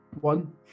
One